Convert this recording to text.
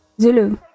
Zulu